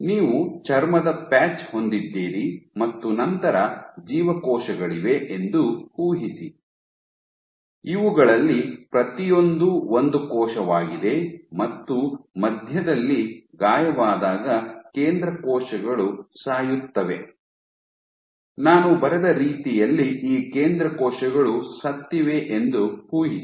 ನೀವು ಚರ್ಮದ ಪ್ಯಾಚ್ ಹೊಂದಿದ್ದೀರಿ ಮತ್ತು ನಂತರ ಜೀವಕೋಶಗಳಿವೆ ಎಂದು ಊಹಿಸಿ ಇವುಗಳಲ್ಲಿ ಪ್ರತಿಯೊಂದೂ ಒಂದು ಕೋಶವಾಗಿದೆ ಮತ್ತು ಮಧ್ಯದಲ್ಲಿ ಗಾಯವಾದಾಗ ಕೇಂದ್ರ ಕೋಶಗಳು ಸಾಯುತ್ತವೆ ನಾನು ಬರೆದ ರೀತಿಯಲ್ಲಿ ಈ ಕೇಂದ್ರ ಕೋಶಗಳು ಸತ್ತಿವೆ ಎಂದು ಊಹಿಸಿ